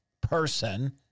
person